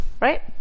right